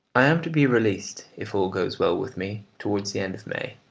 i am to be released, if all goes well with me, towards the end of may,